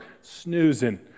snoozing